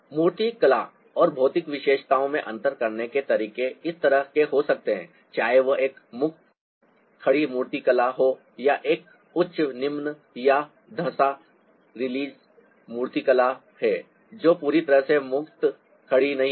मूर्तिकला की भौतिक विशेषताओं में अंतर करने के तरीके इस तरह के हो सकते हैं चाहे वह एक मुक्त खड़ी मूर्तिकला हो या यह एक उच्च निम्न या धँसा रिलीज़ मूर्तिकला है जो पूरी तरह से मुक्त खड़ी नहीं है